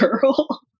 girl